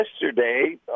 yesterday